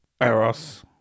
Eros